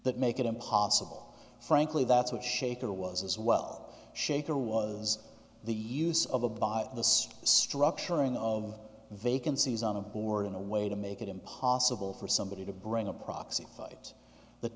that make it impossible frankly that's what shaker was as well shaker was the use of a by the state structuring of vacancies on a board in a way to make it impossible for somebody to bring a proxy fight